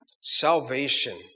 Salvation